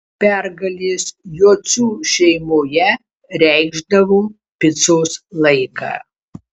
pergalės jocių šeimoje reikšdavo picos laiką